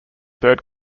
third